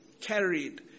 carried